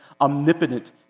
omnipotent